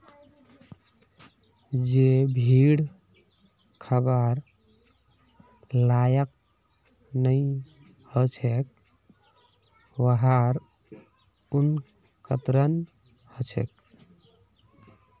जे भेड़ खबार लायक नई ह छेक वहार ऊन कतरन ह छेक